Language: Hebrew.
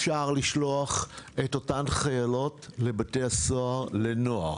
אפשר לשלוח את אותן חיילות לבתי סוהר לנוער,